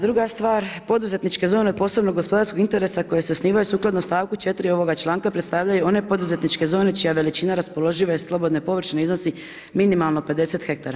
Druga stvar, poduzetničke zone posebno gospodarskog interesa koje se osnivaju sukladno stavku 4. ovoga članka predstavljaju one poduzetničke zone čija veličina raspoložive i slobodne površine iznosi minimalno 50 ha.